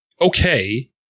okay